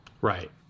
Right